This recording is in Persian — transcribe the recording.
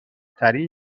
ترین